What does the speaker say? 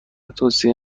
توصیه